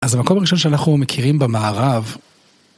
אז המקום הראשון שאנחנו מכירים במערב